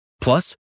Plus